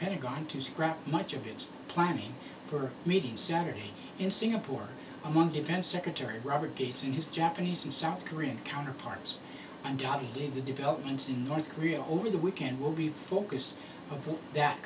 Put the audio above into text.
pentagon to scrap much of its planning for meeting saturday in singapore among defense secretary robert gates and his japanese and south korean counterparts undoubtedly the developments in north korea over the weekend will be the focus of that